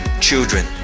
children